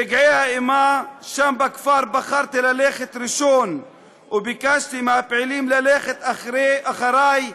ברגעי האימה שם בכפר בחרתי ללכת ראשון וביקשתי מהפעילים ללכת אחרי,